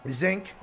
zinc